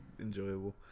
enjoyable